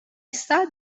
saw